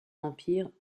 empire